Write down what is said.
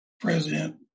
president